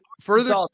further